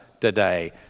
today